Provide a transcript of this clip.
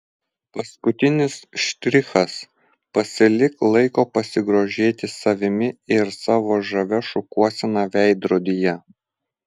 paskutinis štrichas pasilik laiko pasigrožėti savimi ir savo žavia šukuosena veidrodyje